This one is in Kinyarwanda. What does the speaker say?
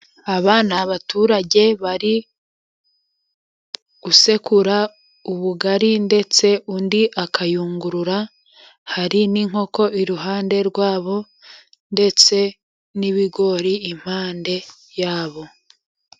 Aba ni abaturage bari gusekura ubugari, ndetse undi akayungurura, hari n'inkoko iruhande rwabo, ndetse n'ibigori impande yabo.